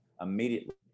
immediately